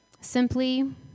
Simply